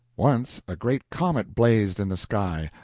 once a great comet blazed in the sky,